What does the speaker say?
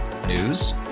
News